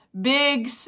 big